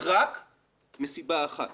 רק מסיבה אחת